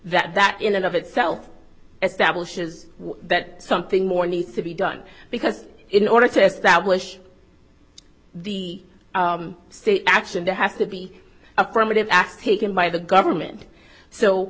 that that in and of itself establishes that something more needs to be done because in order to establish the state action there has to be affirmative action taken by the government so